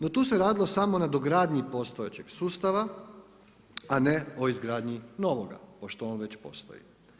No su se radilo samo na dogradnji postojećeg sustava a ne o izgradnji novoga pošto on već postoji.